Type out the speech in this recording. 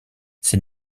ses